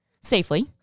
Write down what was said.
safely